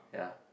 yeah